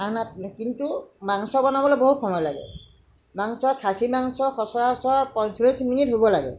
কিন্তু মাংস বনাওতে বহুত সময় লাগে মাংস খাছী মাংস সচৰাচৰ পঞ্চল্লিছ মিনিট হ'ব লাগে